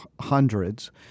hundreds